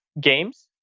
games